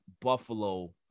Buffalo